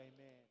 Amen